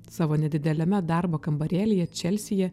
savo nedideliame darbo kambarėlyje čelsyje